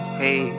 hey